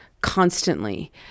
constantly